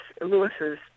Lewis's